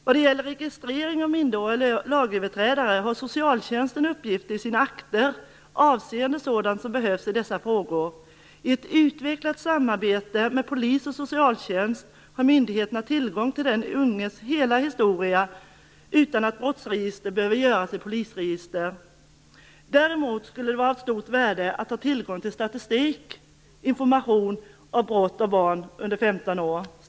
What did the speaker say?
Vad det gäller registrering av minderåriga lagöverträdare har socialtjänsten uppgifter i sina akter avseende sådant som behövs i dessa frågor. I ett utvecklat samarbete med polis och socialtjänst har myndigheterna tillgång till den unges hela historia utan att brottsregister behöver föras i polisregister. Däremot skulle det vara av stort värde att ha tillgång till statistisk information om brott av barn under 15 år.